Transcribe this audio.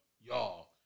y'all